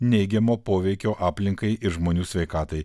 neigiamo poveikio aplinkai ir žmonių sveikatai